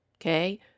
Okay